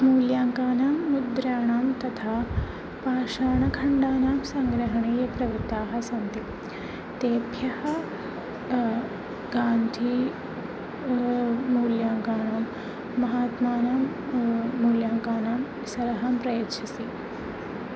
मूल्याङ्कानां मुद्राणां तथा पाषाणखण्डानां सङ्ग्रहणे ये प्रवृत्ताः सन्ति तेभ्यः गान्धी मूल्याङ्कानां महात्मानां मूल्याङ्कानां सलहां प्रयच्छसि